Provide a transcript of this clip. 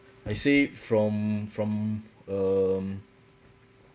I say from from um